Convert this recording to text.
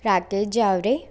Rakesh Jaware